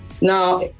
Now